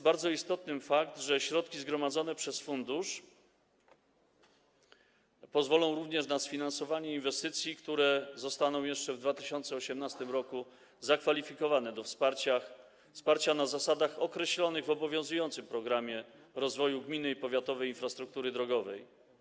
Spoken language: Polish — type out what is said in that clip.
Bardzo istotny jest fakt, że środki zgromadzone przez fundusz pozwolą również na sfinansowanie inwestycji, które zostaną jeszcze w 2018 r. zakwalifikowane do wsparcia na zasadach określonych w obowiązującym „Programie rozwoju gminnej i powiatowej infrastruktury drogowej”